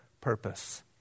purpose